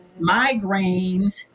migraines